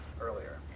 earlier